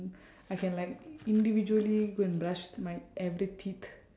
I can like individually go and brush my every teeth